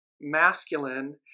masculine